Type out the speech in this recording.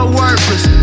worthless